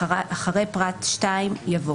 (א) אחרי פרט 2 יבוא: